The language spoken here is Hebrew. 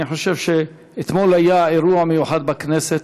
אני חושב שאתמול היה אירוע מיוחד בכנסת,